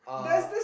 uh